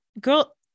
Girl